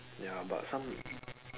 ya but some